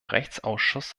rechtsausschuss